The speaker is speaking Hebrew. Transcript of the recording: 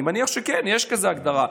אני מניח שכן, יש כזאת הגדרה.